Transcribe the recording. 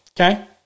okay